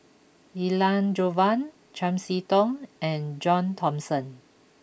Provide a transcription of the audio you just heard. Elangovan Chiam See Tong and John Thomson